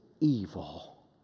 evil